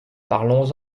parlons